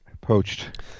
Poached